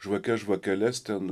žvakes žvakeles ten